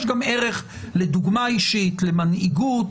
יש גם ערך לדוגמה אישית, למנהיגות.